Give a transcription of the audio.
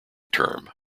term